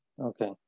Okay